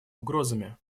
угрозами